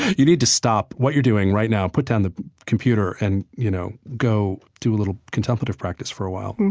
you need to stop what you're doing right now and put down the computer and, you know, go do a little contemplative practice for a while.